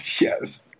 yes